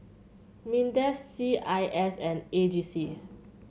Mindef C I S and A G C